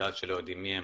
בגלל שלא יודעים מיהם,